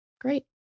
Great